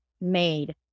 made